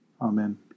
Amen